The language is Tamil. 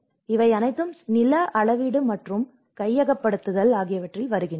எனவே இவை அனைத்தும் நில அளவீடு மற்றும் கையகப்படுத்தல் ஆகியவற்றில் வருகின்றன